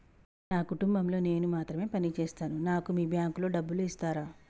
నా కుటుంబం లో నేను మాత్రమే పని చేస్తాను నాకు మీ బ్యాంకు లో డబ్బులు ఇస్తరా?